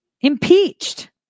impeached